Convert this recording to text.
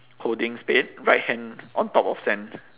holding spade right hand on top of sand